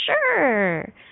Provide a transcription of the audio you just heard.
Sure